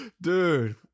Dude